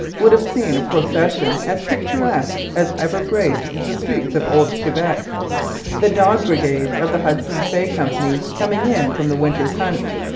would have seen a procession as picturesque as ever graced the streets of old quebec the dog brigades of the hudson's bay company coming in from the winter's hunt.